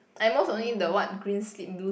at most only the what green slip blue